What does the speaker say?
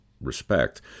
respect